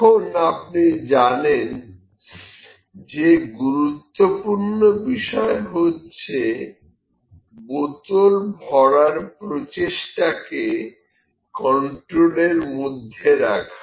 এখন আপনি জানেন যে গুরুত্বপূর্ণ বিষয় হচ্ছে বোতল ভরার প্রচেষ্টাকে কন্ট্রোলের মধ্যে রাখা